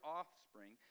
offspring